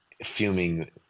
fuming